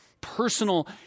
personal